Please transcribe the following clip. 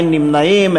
אין נמנעים,